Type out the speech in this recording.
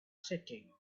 setting